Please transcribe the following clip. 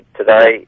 today